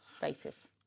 basis